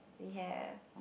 we have